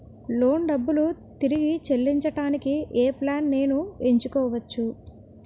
Loan డబ్బులు తిరిగి చెల్లించటానికి ఏ ప్లాన్ నేను ఎంచుకోవచ్చు?